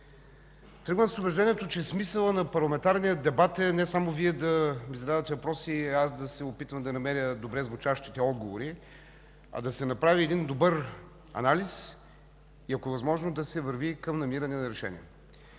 Тръгвам с убеждението, че смисълът на парламентарния дебат е не само Вие да ми задавате въпроси и аз да се опитвам да намеря добре звучащите отговори, а да се направи добър анализ и ако е възможно, да се върви към намиране на решение.